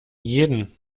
jeden